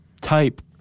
type